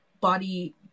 body